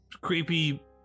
creepy